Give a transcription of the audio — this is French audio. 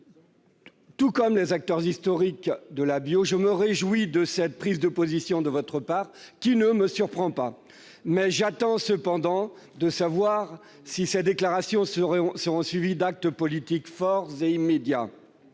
Tout comme les acteurs historiques de cette filière, je me réjouis de cette prise de position, qui ne me surprend pas, mais j'attends de savoir si ces déclarations seront suivies d'actes politiques forts et immédiats.